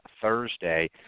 Thursday